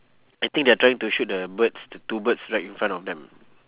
I think they're trying to shoot the birds the two birds right in front of them